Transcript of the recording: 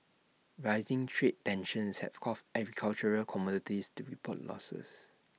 rising trade tensions have caused agricultural commodities to report losses